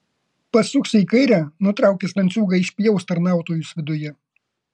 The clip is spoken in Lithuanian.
pasuksi į kairę nutraukęs lenciūgą išpjaus tarnautojus viduje